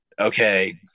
okay